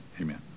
amen